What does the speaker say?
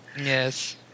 Yes